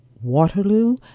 Waterloo